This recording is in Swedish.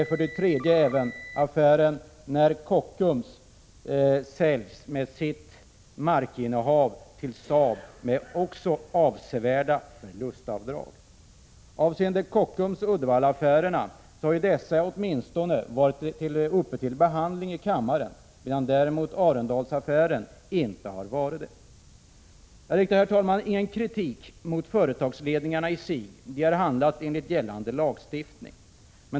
En tredje affär är den då Kockums med dess markinnehav såldes till Saab tillsammans med avsevärda förlustavdrag. Kockumsoch Uddevallaaffärerna har åtminstone varit uppe till behandling i kammaren, medan däremot Arendalsaffären inte har varit det. Jag riktar, herr talman, ingen kritik mot företagsledningarna i sig. De har handlat enligt gällande lagstiftning.